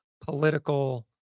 political